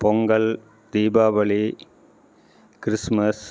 Pongal Deepavali Christmas